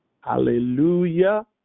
Hallelujah